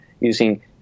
using